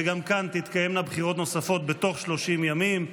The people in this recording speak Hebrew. וגם כאן תתקיימנה בחירות נוספות בתוך 30 ימים.